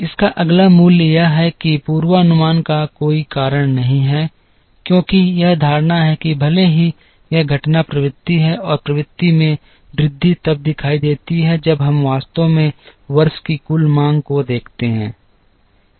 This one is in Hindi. इसका अगला मूल्य यह है कि पूर्वानुमान का कोई कारण नहीं है क्योंकि यह धारणा है कि भले ही यहाँ एक बढ़ती प्रवृत्ति है और प्रवृत्ति में वृद्धि तब दिखाई देती है जब हम वास्तव में वर्ष की कुल मांग को देखते हैं